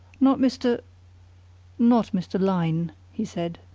not mr not mr. lyne, he said.